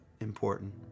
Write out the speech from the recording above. important